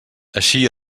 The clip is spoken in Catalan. així